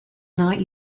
not